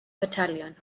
battalion